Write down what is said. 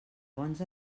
bons